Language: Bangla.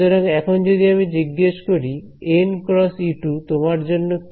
সুতরাং এখন যদি আমি জিজ্ঞেস করি nˆ × E2 তোমার জন্য কি